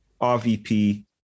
RVP